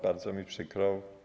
Bardzo mi przykro.